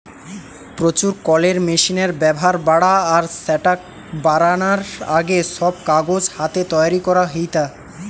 প্রচুর কলের মেশিনের ব্যাভার বাড়া আর স্যাটা বারানার আগে, সব কাগজ হাতে তৈরি করা হেইতা